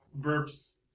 burps